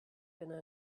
been